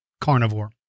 carnivore